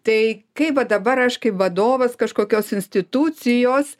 tai kaip va dabar aš kaip vadovas kažkokios institucijos